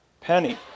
penny